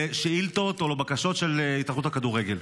שאילתות או על בקשות של התאחדות הכדורגל.